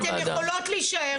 אתן יכולות להישאר,